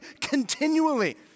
continually